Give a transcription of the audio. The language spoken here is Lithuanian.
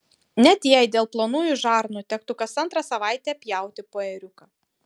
net jei dėl plonųjų žarnų tektų kas antrą savaitę pjauti po ėriuką